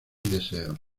deseos